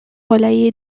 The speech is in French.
relayé